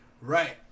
Right